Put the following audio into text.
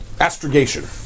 astrogation